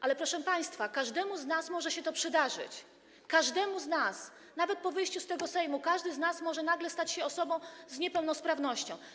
Ale, proszę państwa, każdemu z nas może się to przydarzyć, każdemu z nas, nawet po wyjściu z tego Sejmu, każdy z nas może nagle stać się osobą z niepełnosprawnością.